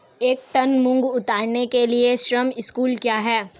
एक टन मूंग उतारने के लिए श्रम शुल्क क्या है?